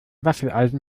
waffeleisen